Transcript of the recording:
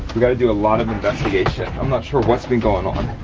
we gotta do a lot of investigation. i'm not sure what's been going on